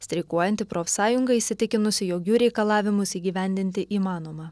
streikuojanti profsąjunga įsitikinusi jog jų reikalavimus įgyvendinti įmanoma